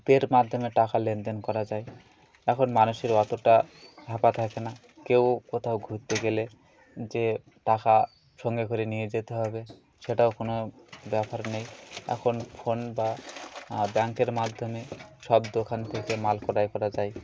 পের মাধ্যমে টাকা লেনদেন করা যায় এখন মানুষের অতটা হ্যাপা থাকে না কেউ কোথাও ঘুরতে গেলে যে টাকা সঙ্গে করে নিয়ে যেতে হবে সেটাও কোনো ব্যাপার নেই এখন ফোন বা ব্যাঙ্কের মাধ্যমে সব দোকান থেকে মাল ক্রয় করা যায়